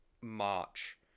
March